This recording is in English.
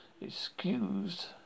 excused